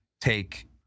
take